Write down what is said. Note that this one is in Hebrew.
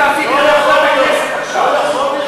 לא יכול להיות.